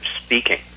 speaking